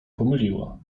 pomyliła